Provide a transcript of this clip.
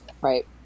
Right